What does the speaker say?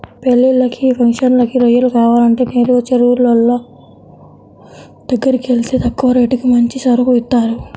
పెళ్ళిళ్ళకి, ఫంక్షన్లకి రొయ్యలు కావాలంటే నేరుగా చెరువులోళ్ళ దగ్గరకెళ్తే తక్కువ రేటుకి మంచి సరుకు ఇత్తారు